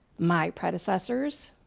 my predecessors